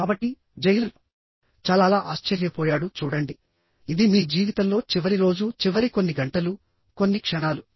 కాబట్టి జైలర్ చాలా ఆశ్చర్యపోయాడుః చూడండి ఇది మీ జీవితంలో చివరి రోజు చివరి కొన్ని గంటలు కొన్ని క్షణాలు